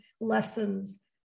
lessons